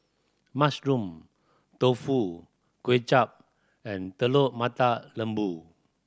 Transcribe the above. Mushroom Tofu Kuay Chap and Telur Mata Lembu